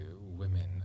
women